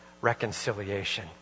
reconciliation